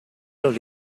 los